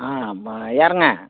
ஆ பா யாருங்க